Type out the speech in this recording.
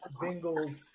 Bengals